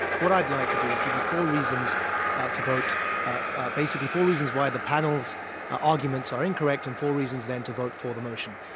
what i'd like to do is give you four reasons to vote ah basically four reasons why the panel's arguments are incorrect and four reasons then to vote for the motion.